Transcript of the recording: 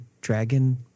dragon